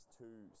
two